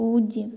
പൂജ്യം